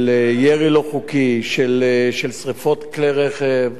של ירי לא חוקי, של שרפות כלי רכב,